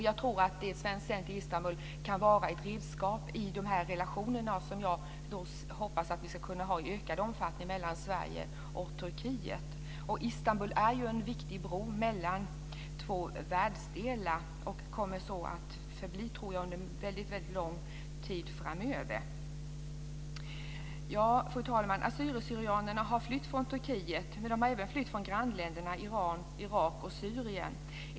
Jag tror att Ett svenskt center i Istanbul kan vara ett redskap i de relationer som jag hoppas att vi kan ha i ökad omfattning mellan Sverige och Turkiet. Istanbul är en viktig bro mellan två världsdelar och kommer så att förbli under väldigt lång tid framöver. Fru talman! Assyrier/syrianer har flytt från Turkiet men även från grannländerna Iran, Irak och Syrien.